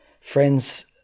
friends